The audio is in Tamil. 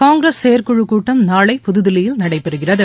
காங்கிரஸ் செயற்குழு கூட்டம் நாளை புதுதில்லியில் நடைபெறுகிறது